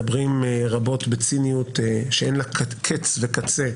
מדברים רבות בציניות שאין לה קץ וקצה,